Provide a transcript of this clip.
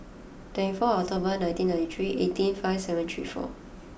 twenty four October nineteen ninety three eighteen five seven three four